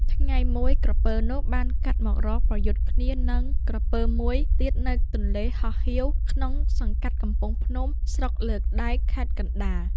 ថ្ងៃមួយ ក្រពើនោះបានកាត់មករកប្រយុទ្ធគ្នានឹងក្រពើមួយទៀតនៅ ទន្លេហោះហៀវ ក្នុងសង្កាត់កំពង់ភ្នំ ស្រុកលើកដែក (ខេត្តកណ្ដាល)។